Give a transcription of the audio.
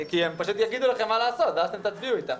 הם פשוט יגידו לכם מה לעשות ואז אתם תצביעו איתם.